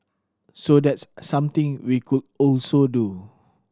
so that's something we could also do